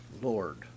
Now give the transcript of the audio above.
Lord